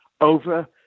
over